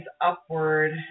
upward